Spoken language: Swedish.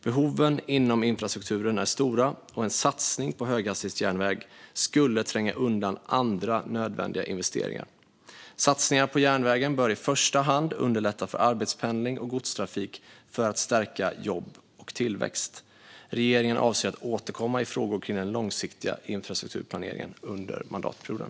Behoven inom infrastrukturen är stora, och en satsning på höghastighetsjärnväg skulle tränga undan andra nödvändiga investeringar. Satsningar på järnvägen bör i första hand underlätta för arbetspendling och godstrafik för att stärka jobb och tillväxt. Regeringen avser att återkomma i frågor kring den långsiktiga infrastrukturplaneringen under mandatperioden.